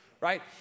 Right